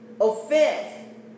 offense